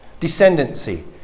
descendancy